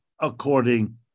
according